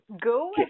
go